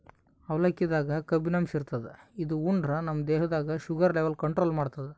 ಅವಲಕ್ಕಿದಾಗ್ ಕಬ್ಬಿನಾಂಶ ಇರ್ತದ್ ಇದು ಉಂಡ್ರ ನಮ್ ದೇಹದ್ದ್ ಶುಗರ್ ಲೆವೆಲ್ ಕಂಟ್ರೋಲ್ ಮಾಡ್ತದ್